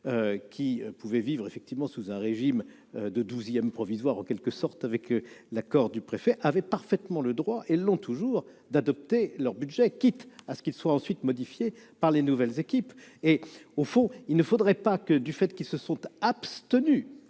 qui pouvaient vivre sous un régime de douzièmes provisoires, en quelque sorte, avec l'accord du préfet, avaient parfaitement le droit, et l'ont toujours, d'adopter leur budget, quitte à ce que celui-ci soit modifié ensuite par les nouvelles équipes. Au fond, il ne faudrait pas que, du fait qu'ils se sont abstenus